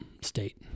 state